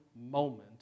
moment